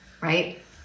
right